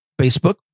Facebook